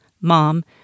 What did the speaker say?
mom